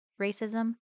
racism